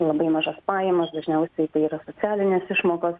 labai mažas pajamas dažniausiai tai yra socialinės išmokos